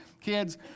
Kids